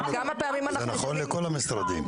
זה נכון לכל המשרדים.